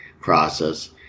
process